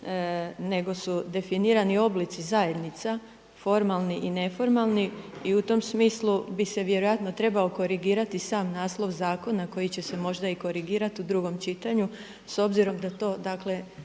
nego su definirani oblici zajednica, formalni i neformalni i u tom smislu bi se vjerojatno trebao korigirati i sam naslov zakona koji će se možda korigirati u drugom čitanju, s obzirom da to nije